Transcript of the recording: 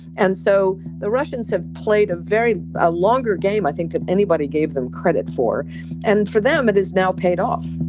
and so the russians have played a very ah longer game i think than anybody gave them credit for and for them it is now paid off